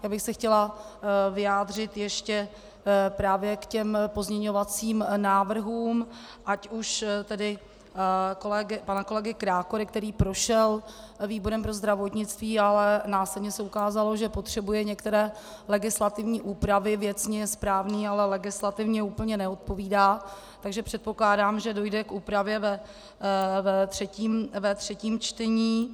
Já bych se chtěla vyjádřit ještě právě k pozměňovacím návrhům, ať už tedy pana kolegy Krákory, který prošel výborem pro zdravotnictví, ale následně se ukázalo, že potřebuje některé legislativní úpravy věcně je správný, ale legislativně úplně neodpovídá, takže předpokládám, že dojde k úpravě ve třetím čtení.